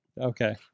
Okay